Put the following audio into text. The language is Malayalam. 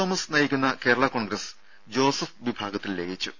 തോമസ് നയിക്കുന്ന കേരളാ കോൺഗ്രസ് ജോസഫ് വിഭാഗത്തിൽ ലയിച്ചു